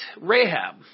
Rahab